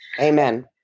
Amen